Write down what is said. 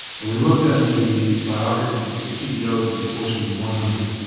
and we looked at the biographies of the ceo's and the fortune one hundred.